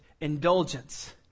indulgence